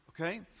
Okay